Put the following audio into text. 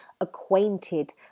acquainted